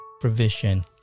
provision